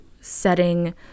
setting